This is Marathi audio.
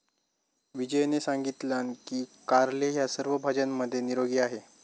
विजयने सांगितलान की कारले ह्या सर्व भाज्यांमध्ये निरोगी आहे